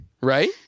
right